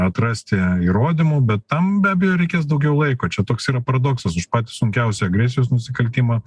atrasti įrodymų bet tam be abejo reikės daugiau laiko čia toks yra paradoksas už patį sunkiausią agresijos nusikaltimą